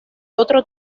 otro